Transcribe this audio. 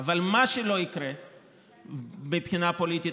אבל מה שלא יקרה מבחינה פוליטית,